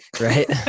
Right